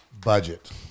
Budget